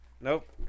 Nope